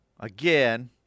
Again